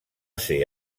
ser